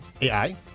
AI